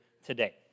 Today